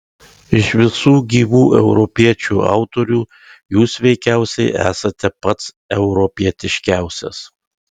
iš visų gyvų europiečių autorių jūs veikiausiai esate pats europietiškiausias